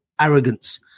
arrogance